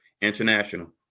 international